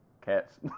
Cats